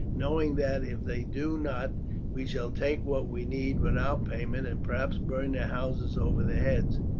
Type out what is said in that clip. knowing that if they do not we shall take what we need without payment and perhaps burn their houses over their heads.